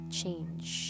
change